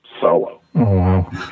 solo